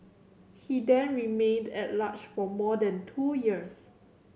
he then remained at large for more than two years